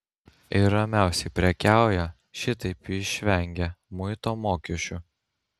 ir ramiausiai prekiauja šitaip išvengę muito mokesčių